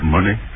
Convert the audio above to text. Money